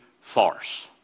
farce